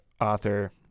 author